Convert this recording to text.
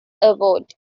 award